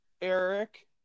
Eric